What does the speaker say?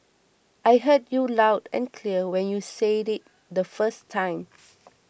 I heard you loud and clear when you said it the first time